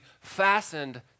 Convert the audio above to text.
fastened